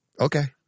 okay